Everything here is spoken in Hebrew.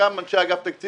חלקם הם אנשי אגף התקציבים,